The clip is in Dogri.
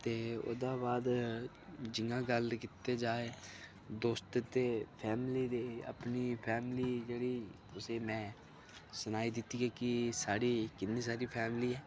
ते ओह्दे बाद जियां गल्ल कीती जा दोस्त ते फैमिली दी अपनी फैमिली मेरी उसी में सुनाई दिती ऐ के साढ़ी किन्नी सारी फैमिली ऐ